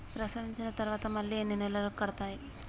ప్రసవించిన తర్వాత మళ్ళీ ఎన్ని నెలలకు కడతాయి?